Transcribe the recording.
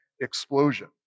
explosion